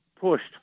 pushed